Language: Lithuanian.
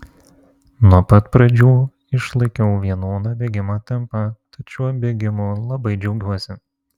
nuo pat pradžių išlaikiau vienodą bėgimo tempą tad šiuo bėgimu labai džiaugiuosi